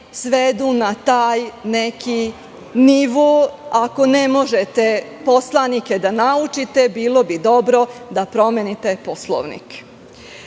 svedu na taj neki nivo. Ako ne možete poslanike da naučite, bilo bi dobro da promenite Poslovnik. Nemamo